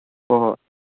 ꯍꯣ ꯍꯣꯏ